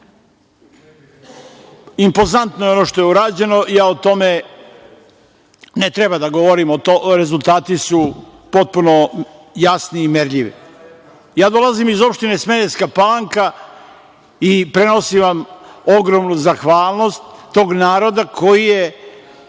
pravila. Impozantno je ono što je urađeno. Ja o tome ne treba da govorim. Rezultati su potpuno jasni i merljivi. Dolazim iz opštine Smederevska Palanka i prenosim vam ogromnu zahvalnost tog naroda koji je